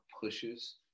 pushes